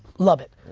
love it.